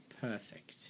Perfect